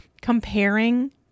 comparing